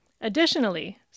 Additionally